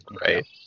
right